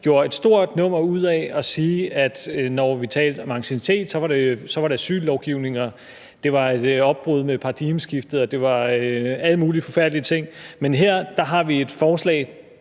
gjorde et stort nummer ud af at sige, at når vi talte om anciennitet, så var det asyllovgivning, det var et brud med paradigmeskiftet, og det var alle mulige forfærdelige ting. Men her har vi et forslag,